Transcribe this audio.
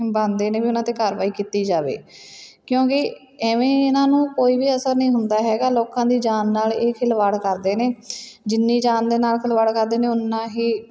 ਬਣਦੇ ਨੇ ਵੀ ਉਹਨਾਂ 'ਤੇ ਕਾਰਵਾਈ ਕੀਤੀ ਜਾਵੇ ਕਿਉਂਕਿ ਐਵੇਂ ਇਹਨਾਂ ਨੂੰ ਕੋਈ ਵੀ ਅਸਰ ਨਹੀਂ ਹੁੰਦਾ ਹੈਗਾ ਲੋਕਾਂ ਦੀ ਜਾਨ ਨਾਲ ਇਹ ਖਿਲਵਾੜ ਕਰਦੇ ਨੇ ਜਿੰਨੀ ਜਾਨ ਦੇ ਨਾਲ ਖਿਲਵਾੜ ਕਰਦੇ ਨੇ ਓਨਾ ਇਹ